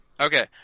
Okay